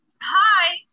hi